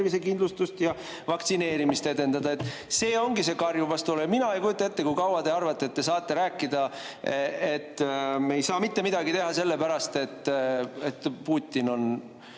tervisekindlustust ja vaktsineerimist edendada. See ongi see karjuv vastuolu. Mina ei kujuta ette, kui kaua te arvate, et te saate rääkida, et me ei saa mitte midagi teha sellepärast, et Putin on